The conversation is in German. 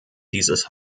dieses